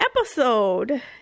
episode